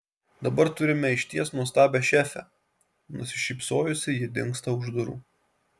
dabar turime išties nuostabią šefę nusišypsojusi ji dingsta už durų